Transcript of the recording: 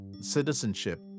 citizenship